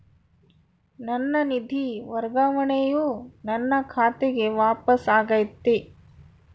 ನನ್ನ ನಿಧಿ ವರ್ಗಾವಣೆಯು ನನ್ನ ಖಾತೆಗೆ ವಾಪಸ್ ಆಗೈತಿ